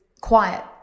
quiet